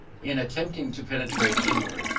in attempting to penetrate inward,